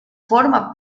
forma